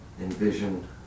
envision